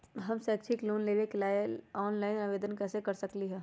हम शैक्षिक लोन लेबे लेल ऑनलाइन आवेदन कैसे कर सकली ह?